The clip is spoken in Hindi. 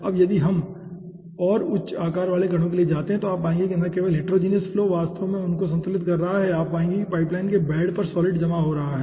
अब यदि हम और उच्च आकार वाले कण के लिए जाते हैं तो आप पाएंगे कि न केवल हिटेरोजीनियस फ्लो वास्तव में उसको संतुलित कर रहा है आप पाएंगे कि पाइपलाइन के बेड पर सॉलिड जमा हो रहा है